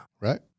Right